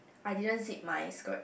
I didn't zip my skirt